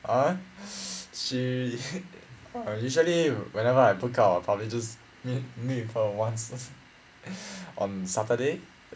I she usually whenever I book out I will probably do meet meet with her once um saturday